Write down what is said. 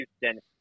Houston